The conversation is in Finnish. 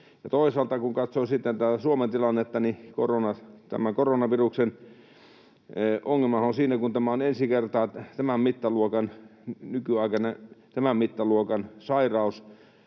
toisaalta kun katsoo sitten tätä Suomen tilannetta, tämän koronaviruksen ongelmahan on siinä, että kun on ensi kertaa tämän mittaluokan sairaus,